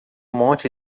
monte